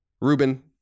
Ruben